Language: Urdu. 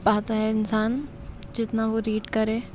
پاتا ہے انسان جتنا وہ ریڈ کرے